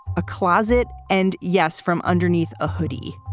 a closet and, yes, from underneath a hoodie.